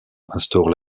instaure